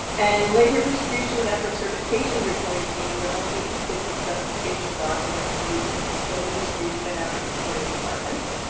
and labor distribution and effort certification reporting team, they're working to complete the specification documents for the labor distribution and effort reporting requirements.